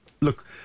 look